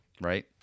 Right